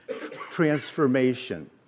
transformation